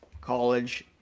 College